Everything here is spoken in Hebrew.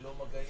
ללא מגעים,